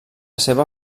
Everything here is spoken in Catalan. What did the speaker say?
seva